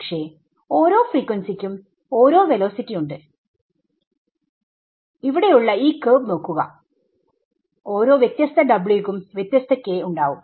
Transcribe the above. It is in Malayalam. പക്ഷെ ഓരോ ഫ്രീക്വനസിക്കും ഓരോ വെലോസിറ്റി ഉണ്ട് ഇവിടെ ഉള്ള ഈ കർവ് നോക്കുകഓരോ വ്യത്യസ്ത ക്കും വ്യത്യസത k ഉണ്ടാവും